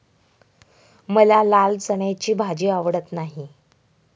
मला लाल चण्याची भाजी आवडत नाही